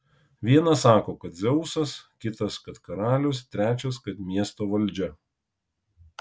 vienas sako kad dzeusas kitas kad karalius trečias kad miesto valdžia